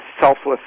selfless